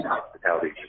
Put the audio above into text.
hospitality